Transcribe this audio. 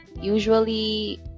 usually